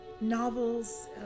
novels